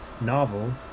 novel